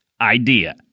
idea